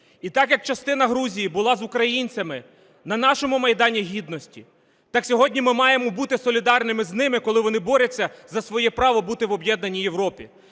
І так, як частина Грузії була з українцями на нашому Майдані гідності, так сьогодні ми маємо бути солідарними з ними, коли вони борються за своє право бути в об'єднаній Європі.